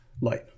light